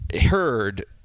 heard